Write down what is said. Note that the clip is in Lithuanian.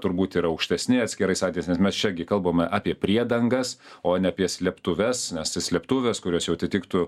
turbūt yra aukštesni atskirais atvejais nes mes čia gi kalbame apie priedangas o ne apie slėptuves nes tai slėptuvės kurios atitiktų